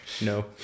no